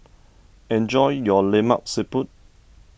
enjoy your Lemak Siput